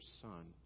Son